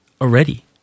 already